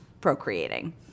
procreating